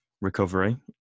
recovery